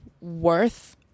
worth